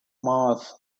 mars